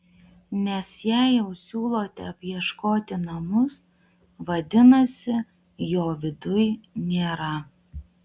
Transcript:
nes jei jau siūlote apieškoti namus vadinasi jo viduj nėra